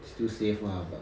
still safe lah but